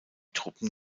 truppen